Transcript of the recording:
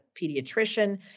pediatrician